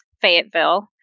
Fayetteville